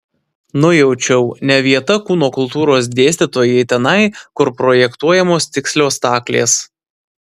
nujaučiau ne vieta kūno kultūros dėstytojai tenai kur projektuojamos tikslios staklės